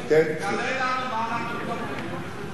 אבישי, תראה לנו מה אנחנו מקבלים.